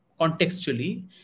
contextually